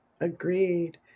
Agreed